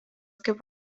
kaip